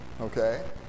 okay